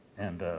and